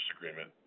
agreement